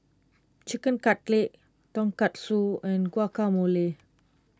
Chicken Cutlet Tonkatsu and Guacamole